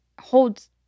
holds